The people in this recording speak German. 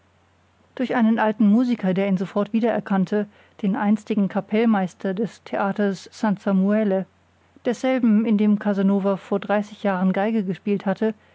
durch einen alten musiker der ihn sofort wiedererkannte den einstigen kapellmeister des theaters san samuele desselben in dem casanova vor dreißig jahren geige gespielt hatte